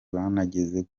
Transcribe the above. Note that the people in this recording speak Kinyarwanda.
banageze